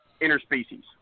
interspecies